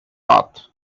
path